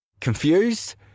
Confused